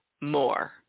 more